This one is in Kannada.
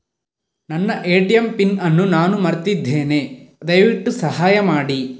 ನನ್ನ ಎ.ಟಿ.ಎಂ ಪಿನ್ ಅನ್ನು ನಾನು ಮರ್ತಿದ್ಧೇನೆ, ದಯವಿಟ್ಟು ಸಹಾಯ ಮಾಡಿ